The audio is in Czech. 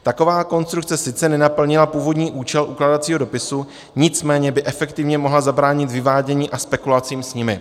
Taková konstrukce sice nenaplnila původní účel ukládacího dopisu, nicméně by efektivně mohla zabránit vyvádění a spekulacím s ním.